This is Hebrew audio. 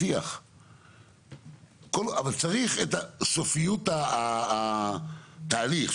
אבל צריך את סופיות התהליך,